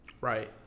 Right